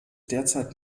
derzeit